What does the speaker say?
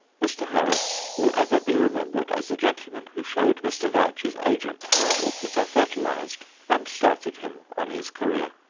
mr. harris will ever be remembered as the gentleman who showed mr. veitch's agent how orchids are fertilized, and started him on his career.